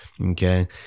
Okay